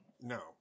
No